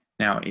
now,